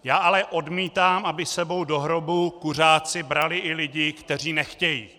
Já ale odmítám, aby s sebou do hrobu kuřáci brali i lidi, kteří nechtějí.